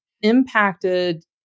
impacted